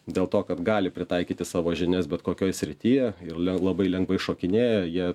dėl to kad gali pritaikyti savo žinias bet kokioj srityje ir labai lengvai šokinėja jie